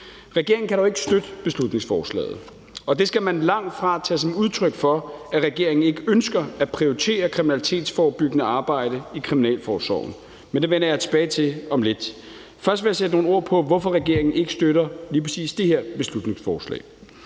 Regeringen kan dog ikke støtte beslutningsforslaget, og det skal man langtfra tage som udtryk for, at regeringen ikke ønsker at prioritere kriminalitetsforebyggende arbejde i kriminalforsorgen, men det vender jeg tilbage til om lidt. Først vil jeg sætte nogle ord på, hvorfor regeringen ikke støtter lige præcis det her beslutningsforslag.